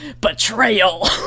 betrayal